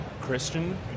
Christian